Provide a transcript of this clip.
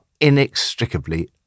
inextricably